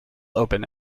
open